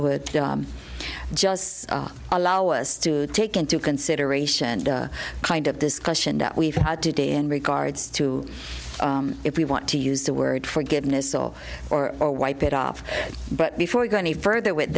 would just allow us to take into consideration kind of this question that we've had today in regards to if we want to use the word forgiveness or or or wipe it off but before we go any further with